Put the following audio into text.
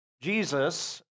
Jesus